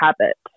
habit